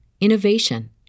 innovation